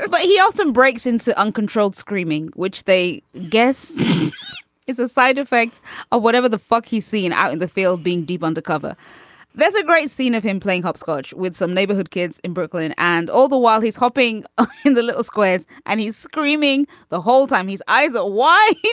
but he often breaks into uncontrolled screaming which they guess is a side effect or whatever the fuck he's seen out in the field being deep undercover there's a great scene of him playing hopscotch with some neighborhood kids in brooklyn and all the while he's hopping ah in the little squares and he's screaming the whole time he's either why